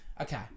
Okay